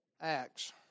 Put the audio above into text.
Acts